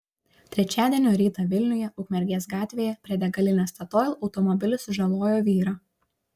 trečiadienio rytą vilniuje ukmergės gatvėje prie degalinės statoil automobilis sužalojo vyrą